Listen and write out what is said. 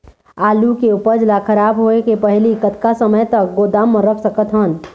आलू के उपज ला खराब होय के पहली कतका समय तक गोदाम म रख सकत हन?